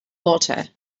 water